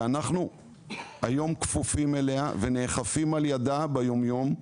שהיום אנחנו כפופים אליה ונאכפים על ידה ביום-יום.